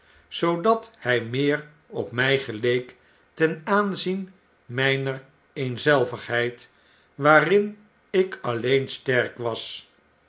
zoodat hy meer op mij geleek ten aanzien myner eenzelvigheid waarin ik alleen sterk was